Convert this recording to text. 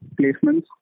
placements